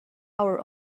our